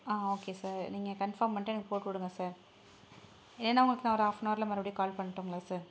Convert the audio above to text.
ஆ okay sir நீங்கள் confirm பண்ணிட்டு எனக்கு போட்டுடுங்க சார் ஏன்னா உங்களுக்கு நான் ஒரு ஆஃப்னார்ல மறுபடியும் கால் பண்ணடுங்களா சார்